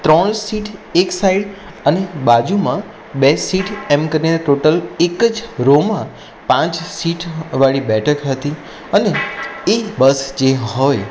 ત્રણ સીટ એક સાઇડ અને બાજુમાં બે સીટ એમ કરીને ટોટલ એક જ રોમાં પાંચ સીટવાળી બેઠક હતી અને એ બસ જે હોય